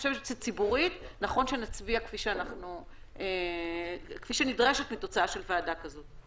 אני חושבת שציבורית נכון שנצביע כפי שנדרשת מוועדה כזו.